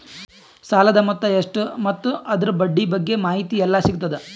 ಸಾಲದ ಮೊತ್ತ ಎಷ್ಟ ಮತ್ತು ಅದರ ಬಡ್ಡಿ ಬಗ್ಗೆ ಮಾಹಿತಿ ಎಲ್ಲ ಸಿಗತದ?